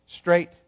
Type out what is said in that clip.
straight